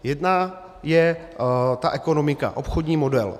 Jedna je ta ekonomika, obchodní model.